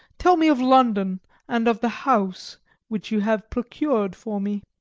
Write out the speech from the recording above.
tell me of london and of the house which you have procured for me.